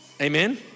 Amen